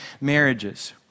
marriages